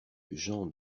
jean